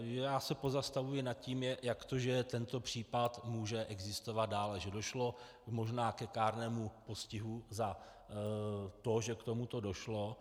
Já se pozastavuji nad tím, jak to, že tento případ může existovat dále a že došlo možná ke kárnému postihu za to, že k tomuto došlo.